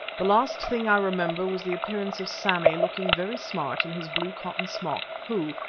the last thing i remember was the appearance of sammy, looking very smart, in his blue cotton smock, who,